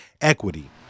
equity